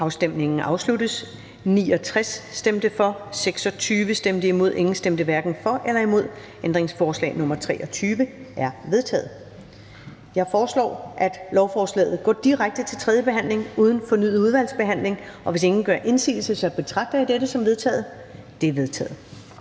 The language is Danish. Susanne Zimmer (UFG) og Uffe Elbæk (UFG)), hverken for eller imod stemte 0. Ændringsforslaget er vedtaget. Jeg foreslår, at lovforslaget går direkte til tredje behandling uden fornyet udvalgsbehandling. Hvis ingen gør indsigelse, betragter jeg det som vedtaget. Det er vedtaget.